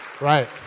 Right